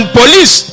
police